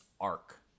arc